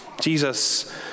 Jesus